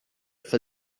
for